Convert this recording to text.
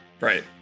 Right